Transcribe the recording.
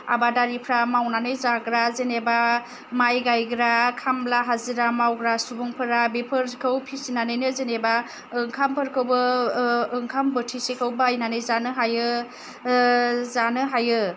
आबादारिफ्रा मावनानै जाग्रा जेनेबा माइ गायग्रा खामला हाजिरा मावग्रा सुबुंफोरा बेफोरखौ फिसिनानैनो जेनेबा ओंखामफोरखौबो ओंखाम बोथिसेखौ बायनानै जानो हायो जानो हायो